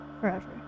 forever